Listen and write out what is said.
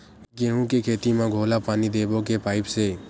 गेहूं के खेती म घोला पानी देबो के पाइप से?